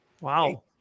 Wow